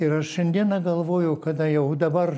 ir aš šiandieną galvoju kada jau dabar